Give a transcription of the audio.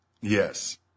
Yes